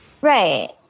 right